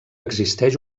existeix